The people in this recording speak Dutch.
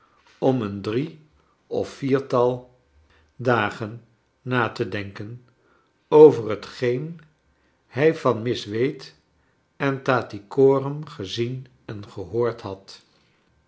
om een drie of viertal dagen na te denken over hetgeen hij van miss wade en tattycoram gezien en gehoord had